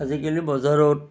আজিকালি বজাৰত